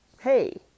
Hey